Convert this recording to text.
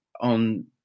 on